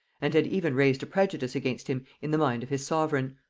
and had even raised a prejudice against him in the mind of his sovereign.